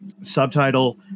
subtitle